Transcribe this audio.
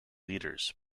leaders